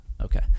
okay